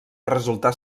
resultar